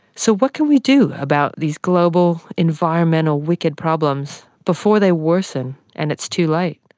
so, what can we do about these global, environmental wicked problems before they worsen and it's too late?